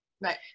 Right